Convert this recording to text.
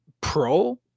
pro